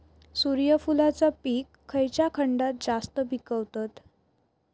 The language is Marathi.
सूर्यफूलाचा पीक खयच्या खंडात जास्त पिकवतत?